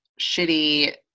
shitty